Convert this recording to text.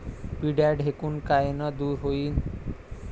पिढ्या ढेकूण कायनं दूर होईन?